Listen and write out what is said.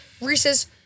Reese's